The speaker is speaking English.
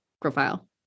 profile